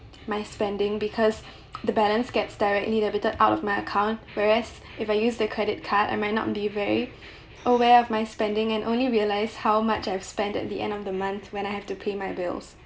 my spending because the balance gets directly debited out of my account whereas if I use the credit card I might not be very aware of my spending and only realize how much I've spend at the end of the month when I have to pay my bills